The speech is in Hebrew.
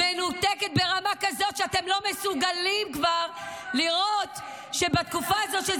-- מנותקת ברמה כזאת שאתם לא מסוגלים כבר לראות שבתקופה הזאת,